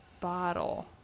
bottle